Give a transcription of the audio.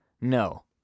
No